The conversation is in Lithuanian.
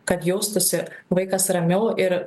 kad jaustųsi vaikas ramiau ir